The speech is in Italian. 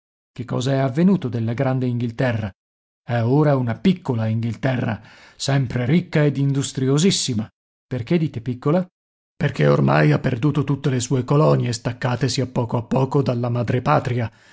che cosa è avvenuto della grande inghilterra è ora una piccola inghilterra sempre ricca ed industriosissima perché dite piccola perché ormai ha perduto tutte le sue colonie staccatesi a poco a poco dalla